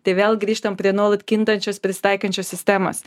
tai vėl grįžtam prie nuolat kintančios prisitaikančios sistemos